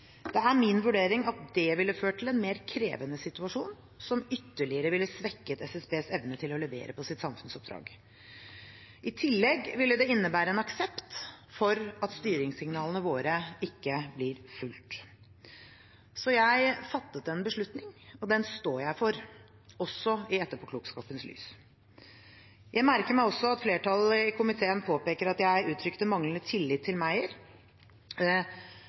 Det er min vurdering at det ville ført til en mer krevende situasjon, som ytterligere ville svekket SSBs evne til å levere på sitt samfunnsoppdrag. I tillegg ville det innebære en aksept for at styringssignalene våre ikke blir fulgt. Så jeg fattet en beslutning, og den står jeg for – også i etterpåklokskapens lys. Jeg merker meg også at flertallet i komiteen påpeker at jeg uttrykte manglende tillit til